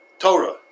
Torah